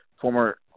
former